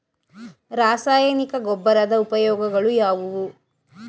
ರಾಸಾಯನಿಕ ಗೊಬ್ಬರದ ಉಪಯೋಗಗಳು ಯಾವುವು?